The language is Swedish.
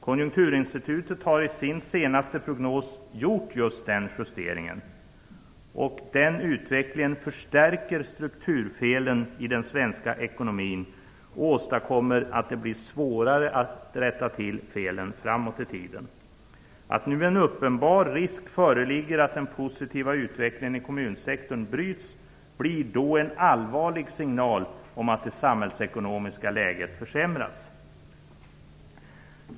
Konjunkturinstitutet har i sin senaste prognos gjort just den justeringen. Utvecklingen förstärker strukturfelen i den svenska ekonomin och åstadkommer större svårigheter att rätta till felen i framtiden. Att nu en uppenbar risk föreligger att den positiva utvecklingen i kommunsektorn bryts blir en allvarlig signal om att det samhällsekonomiska läget försämras.